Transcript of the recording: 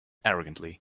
arrogantly